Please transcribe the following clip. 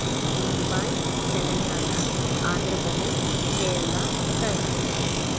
Mumbai Telangana Andhra Pradesh Kerala Karnataka